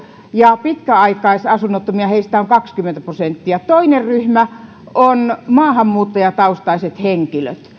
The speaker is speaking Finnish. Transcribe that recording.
ja tässä ryhmässä pitkäaikaisasunnottomia on kaksikymmentä prosenttia toinen ryhmä on maahanmuuttajataustaiset